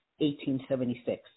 1876